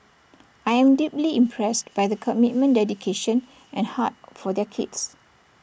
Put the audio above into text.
I am deeply impressed by the commitment dedication and heart for their kids